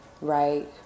right